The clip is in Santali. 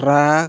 ᱴᱨᱟᱠ